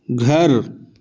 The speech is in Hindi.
घर